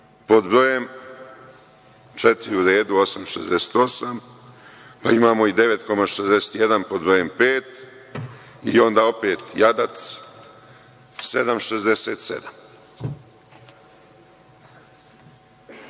Pod brojem četiri u redu – 8,68, imamo i 9,61 pod brojem pet i onda opet jadac, 7,67.Za